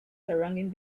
surrounding